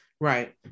Right